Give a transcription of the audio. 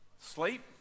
Sleep